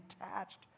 attached